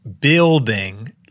building